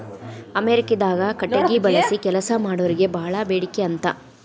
ಅಮೇರಿಕಾದಾಗ ಕಟಗಿ ಬಳಸಿ ಕೆಲಸಾ ಮಾಡಾರಿಗೆ ಬಾಳ ಬೇಡಿಕೆ ಅಂತ